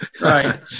Right